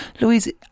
Louise